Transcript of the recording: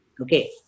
Okay